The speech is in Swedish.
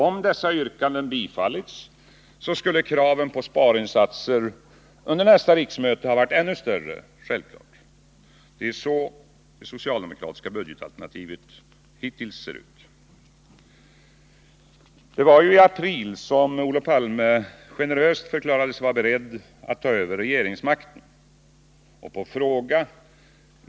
Om dessa yrkanden bifallits skulle kraven på sparinsatser under nästa riksmöte ha varit ännu större. Så ser socialdemokraternas budgetalternativ hittills ut. I april förklarade Olof Palme sig generöst vara beredd att ta över regeringsmakten.